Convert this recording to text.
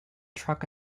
truck